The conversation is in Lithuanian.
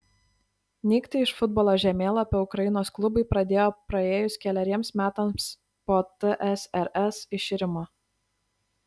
nykti iš futbolo žemėlapio ukrainos klubai pradėjo praėjus keleriems metams po tsrs iširimo